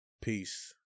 Peace